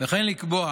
וכן לקבוע